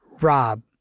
Rob